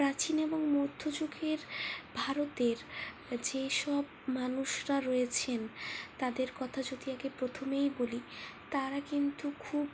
প্রাচীন এবং মধ্যযুগের ভারতের যেসব মানুষরা রয়েছেন তাদের কথা যদি আগে প্রথমেই বলি তারা কিন্তু খুব